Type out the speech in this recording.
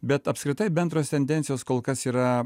bet apskritai bendros tendencijos kol kas yra